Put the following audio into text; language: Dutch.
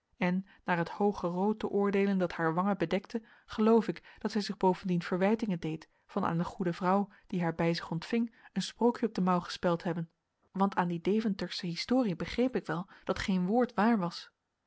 en naar het hooge rood te oordeelen dat haar wangen bedekte geloof ik dat zij zich bovendien verwijtingen deed van aan de goede vrouw die haar bij zich ontving een sprookje op de mouw gespeld te hebben want aan die deventersche historie begreep ik wel dat geen woord waar was